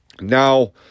Now